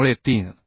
त्यामुळे 3